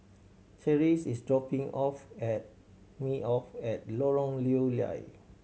Terese is dropping off at me off at Lorong Lew Lian